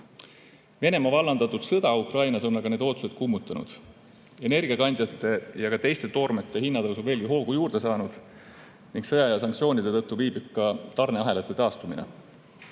Venemaa vallandatud sõda Ukrainas on need ootused aga kummutanud. Energiakandjate ja teiste toormete hinna tõus on veelgi hoogu juurde saanud ning sõja ja sanktsioonide tõttu tarneahelate taastumine